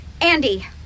Andy